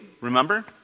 remember